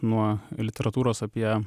nuo literatūros apie